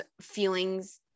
feelings